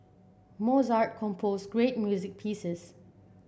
Mozart composed great music pieces